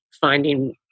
finding